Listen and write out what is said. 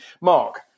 Mark